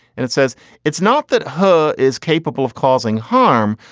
and it says it's not that her is capable of causing harm,